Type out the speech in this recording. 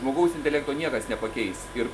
žmogaus intelekto niekas nepakeis ir